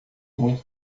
muito